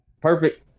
Perfect